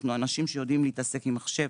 אנחנו אנשים שיודעים להתעסק עם מחשב,